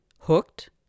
hooked